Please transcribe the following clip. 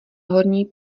horní